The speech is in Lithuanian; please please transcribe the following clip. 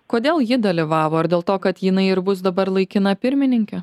kodėl ji dalyvavo ar dėl to kad jinai ir bus dabar laikina pirmininkė